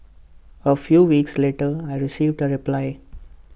A few weeks later I received A reply